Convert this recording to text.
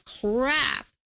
crap